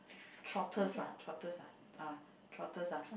trotters ah trotters ah trotters ah